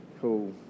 Cool